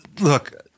Look